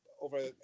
over